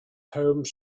home